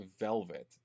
Velvet